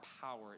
power